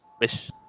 wish